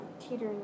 teetering